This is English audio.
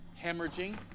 hemorrhaging